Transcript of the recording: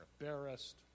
embarrassed